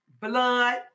blood